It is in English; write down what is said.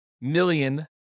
million